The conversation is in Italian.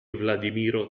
vladimiro